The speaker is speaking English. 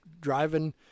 driving